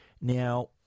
Now